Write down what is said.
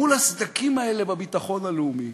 מול הסדקים האלה בביטחון הלאומי,